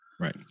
Right